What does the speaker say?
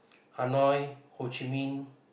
Hanoi Ho Chi Minh